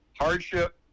hardship